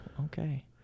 okay